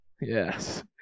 yes